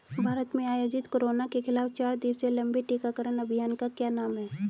भारत में आयोजित कोरोना के खिलाफ चार दिवसीय लंबे टीकाकरण अभियान का क्या नाम है?